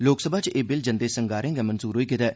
लोकसभा च एह् बिल जंदे संगारें गै मंजूर होई गेदा ऐ